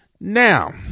Now